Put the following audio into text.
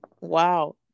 Wow